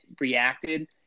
reacted